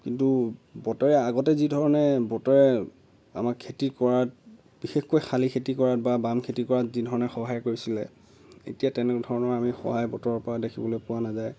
কিন্তু বতৰে আগতে যি ধৰণে বতৰে আমাক খেতি কৰাত বিশেষকৈ শালি খেতি কৰাত বা বাম খেতি কৰাত যি ধৰণে সহায় কৰিছিলে এতিয়া তেনে ধৰণৰ সহায় আমি বতৰৰ পৰা দেখিবলৈ পোৱা নাযায়